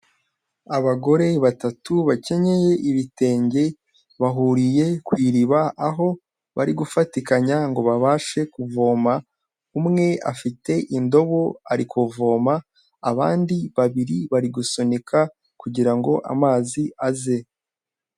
Abagore batatu bakenyeye ibitenge, bahuriye ku iriba aho bari gufatikanya ngo babashe kuvoma, umwe afite indobo ari kuvoma, abandi babiri bari gusunika kugira ngo amazi aze.